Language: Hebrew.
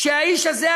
שהאיש הזה,